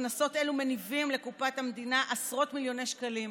קנסות אלו מניבים לקופת המדינה עשרות מיליוני שקלים בחודש.